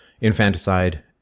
infanticide